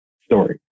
story